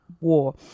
War